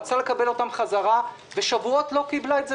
רצתה לקבל אותם בחזרה ובמשך שבועות לא קיבלה.